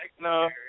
No